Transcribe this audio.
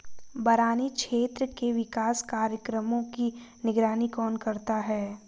बरानी क्षेत्र के विकास कार्यक्रमों की निगरानी कौन करता है?